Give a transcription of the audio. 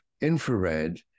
infrared